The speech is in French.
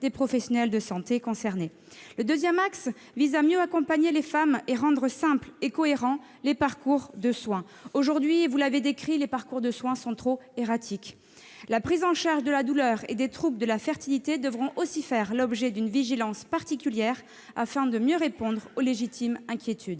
des professionnels de santé concernés. Le deuxième axe vise à mieux accompagner les femmes et à rendre simples et cohérents les parcours de soins. Aujourd'hui, comme vous l'avez expliqué, les parcours de soins sont trop erratiques. La prise en charge de la douleur et des troubles de la fertilité devront aussi faire l'objet d'une vigilance particulière, afin de mieux répondre aux légitimes inquiétudes.